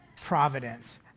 providence